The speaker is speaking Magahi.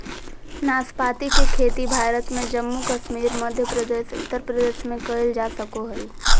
नाशपाती के खेती भारत में जम्मू कश्मीर, मध्य प्रदेश, उत्तर प्रदेश में कइल जा सको हइ